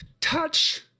touch